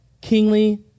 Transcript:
kingly